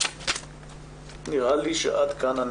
עד כאן.